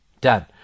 Done